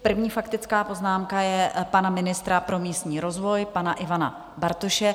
První faktická poznámka je pana ministra pro místní rozvoj pana Ivana Bartoše.